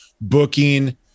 booking